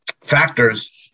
factors